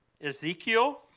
Ezekiel